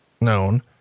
known